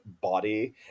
body